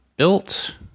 built